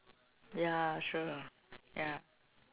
ya sure ya